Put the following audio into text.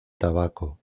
tabaco